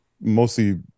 mostly